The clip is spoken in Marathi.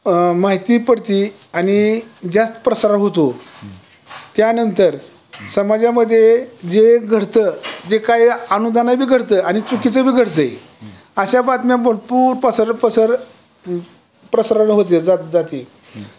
माहिती पडते आणि जास्त प्रसारण होतो त्यानंतर समाजामध्ये जे घडतं ते काय अनावधानाने घडतं आणि चुकीचं बी घडतंय अशा बातम्या भरपूर पसर पसर प्रसारण होते जात जाते